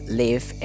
live